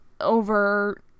over